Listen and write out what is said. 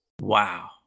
Wow